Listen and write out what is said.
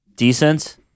decent